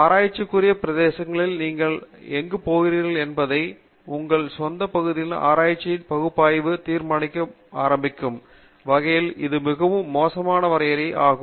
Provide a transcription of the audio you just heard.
ஆராய்ச்சிக்குரிய பிரதேசத்தில் நீங்கள் எங்குப் போகிறீர்கள் என்பதையும் உங்கள் சொந்த பகுதியினுடைய ஆராய்ச்சிக்கான பகுப்பாய்வைத் தீர்மானிக்க ஆரம்பிக்கும் வகையிலும் இது மிகவும் மோசமான வரையறை ஆகும்